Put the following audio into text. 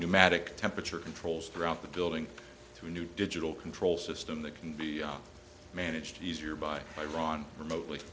pneumatic temperature controls throughout the building to a new digital control system that can be managed easier by iran remotely